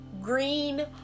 green